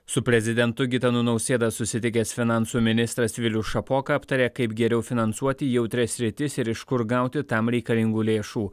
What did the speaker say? su prezidentu gitanu nausėda susitikęs finansų ministras vilius šapoka aptarė kaip geriau finansuoti jautrias sritis ir iš kur gauti tam reikalingų lėšų